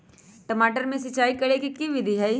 टमाटर में सिचाई करे के की विधि हई?